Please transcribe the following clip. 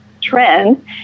trend